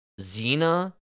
Zena